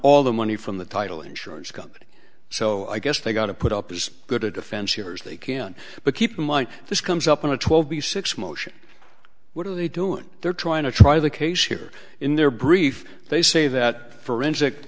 all the money from the title insurance company so i guess they got to put up as good a defense here as they can but keep in mind this comes up on a twelve b six motion what are they doing they're trying to try the case here in their brief they say that forensic